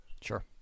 sure